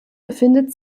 befindet